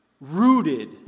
rooted